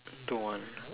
don't want